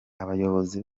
abayobozi